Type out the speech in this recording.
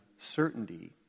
certainty